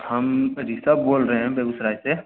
हम तो ऋषभ बोल रहे हैं बेगूसराय से